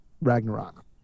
Ragnarok